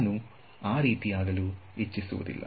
ನಾನು ಆ ರೀತಿ ಆಗಲು ಇಚ್ಛಿಸುವುದಿಲ್ಲ